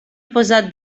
posat